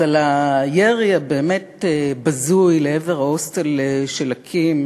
אז על הירי הבאמת-בזוי לעבר ההוסטל של אקי"ם